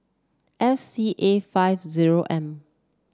F C A five zero M